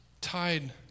tied